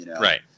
Right